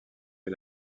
est